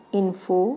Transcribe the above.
info